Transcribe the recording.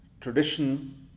tradition